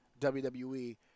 WWE